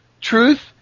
Truth